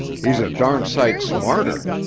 he's a darn' sight smarter.